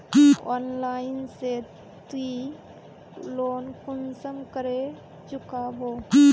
Online से ती loan कुंसम करे चुकाबो?